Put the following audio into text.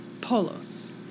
polos